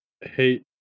Hey